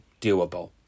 doable